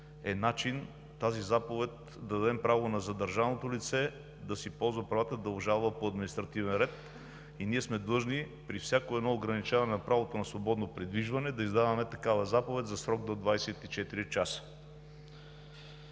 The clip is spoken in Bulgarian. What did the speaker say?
е начин да дадем право на задържаното лице да ползва правата си и да обжалва по административен ред. Ние сме длъжни при всяко едно ограничаване на правото на свободно придвижване да издаваме такава заповед за срок до 24 ч.